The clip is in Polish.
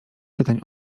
pytań